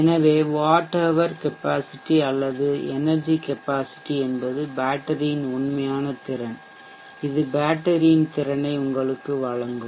எனவே watt hour capacity அல்லது energy capacity என்பது பேட்டரியின் உண்மையான திறன் இது பேட்டரியின் திறனை உங்களுக்கு வழங்கும்